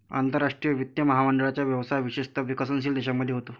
आंतरराष्ट्रीय वित्त महामंडळाचा व्यवसाय विशेषतः विकसनशील देशांमध्ये होतो